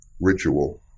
ritual